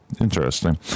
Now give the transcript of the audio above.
Interesting